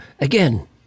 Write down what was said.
Again